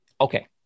okay